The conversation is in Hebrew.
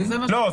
לא,